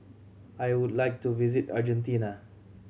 I would like to visit Argentina